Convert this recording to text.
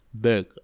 Big